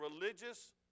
religious